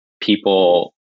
people